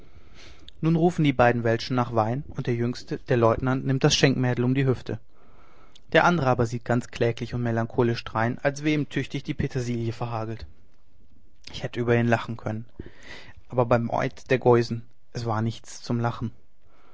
nun rufen die beiden welschen nach wein und der jüngste der leutnant nimmt das schenkmädel um die hüfte der andere aber sieht ganz kläglich und melancholisch drein als wär ihm tüchtig die petersilie verhagelt ich hätt über ihn lachen können aber beim eid der geusen es war nichts zum lachen